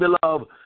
beloved